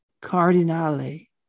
Cardinale